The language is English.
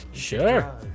sure